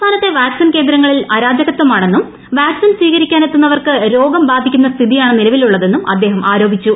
സംസ്ഥാനത്തെ വാക്സിൻ കേന്ദ്രങ്ങളിൽ അരാജകത്വമാണെന്നും വാക്സിൻ സ്വീകരിക്കാനെത്തുന്നവർക്ക് രോഗം ബാധിക്കുന്ന സ്ഥിതിയാണ് നിലവിലുള്ളതെന്നും അദ്ദേഹം ആരോപിച്ചു